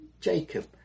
Jacob